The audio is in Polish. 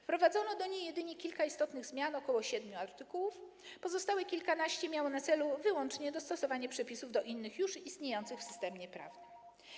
Wprowadzono do niej jedynie kilka istotnych zmian, ok. siedmiu artykułów, pozostałe kilkanaście miało na celu wyłącznie dostosowanie przepisów do innych już istniejących w systemie prawnym.